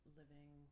living